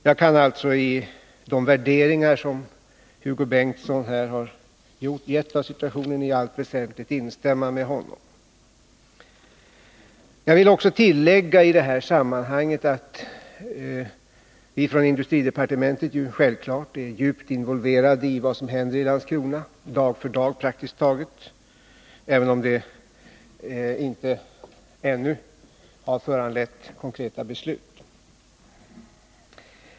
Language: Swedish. Jag kan alltså när det gäller de värderingar som Hugo Bengtsson här har gjort av situationen i allt väsentligt instämma med honom. Jag vill tillägga i det här sammanhanget att vi från industridepartementet självfallet är djupt involverade i vad som händer i Landskrona, dag för dag praktiskt taget, även om det ännu inte har föranlett några konkreta beslut.